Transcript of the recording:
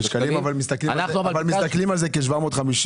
בשקלים אבל מסתכלים על זה כ-750.